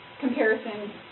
comparison